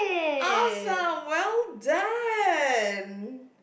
awesome well done